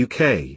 UK